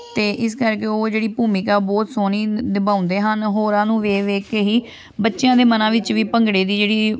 ਅਤੇ ਇਸ ਕਰਕੇ ਉਹ ਜਿਹੜੀ ਭੂਮਿਕਾ ਬਹੁਤ ਸੋਹਣੀ ਨਿਭਾਉਂਦੇ ਹਨ ਹੋਰਾਂ ਨੂੰ ਵੇ ਵੇਖ ਕੇ ਹੀ ਬੱਚਿਆਂ ਦੇ ਮਨਾਂ ਵਿੱਚ ਵੀ ਭੰਗੜੇ ਦੀ ਜਿਹੜੀ